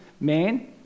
man